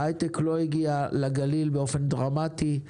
ההייטק לא הגיע לגליל באופן דרמטי.